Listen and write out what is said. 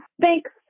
Thanks